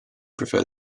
prefer